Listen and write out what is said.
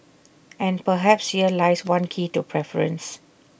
and perhaps here lies one key to preference